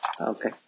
Okay